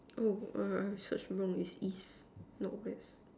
oh err I search wrong it's east not west